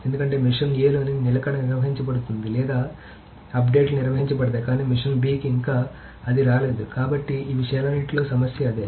ఎందుకంటే machine a లో నిలకడ నిర్వహించబడుతుంది లేదా అప్డేట్లు నిర్వహించబడతాయి కానీ మెషిన్ b కి ఇంకా అది రాలేదు కాబట్టి ఈ విషయాలన్నింటిలో సమస్య అదే